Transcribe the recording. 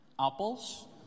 apples